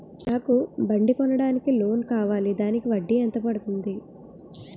నాకు బండి కొనడానికి లోన్ కావాలిదానికి వడ్డీ ఎంత పడుతుంది?